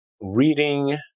reading